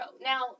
Now